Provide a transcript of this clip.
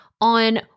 on